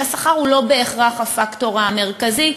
שהשכר הוא לא בהכרח הפקטור המרכזי.